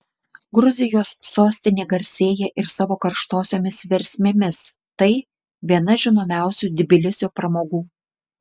gruzijos sostinė garsėja ir savo karštosiomis versmėmis tai viena žinomiausių tbilisio pramogų